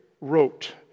wrote